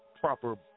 Proper